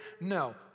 No